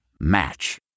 Match